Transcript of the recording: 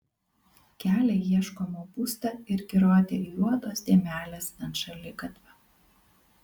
kelią į ieškomą būstą irgi rodė juodos dėmelės ant šaligatvio